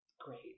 great